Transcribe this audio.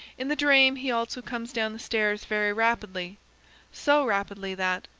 in the dream he also comes down the stairs very rapidly so rapidly that,